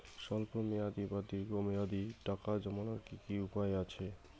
স্বল্প মেয়াদি বা দীর্ঘ মেয়াদি টাকা জমানোর কি কি উপায় আছে?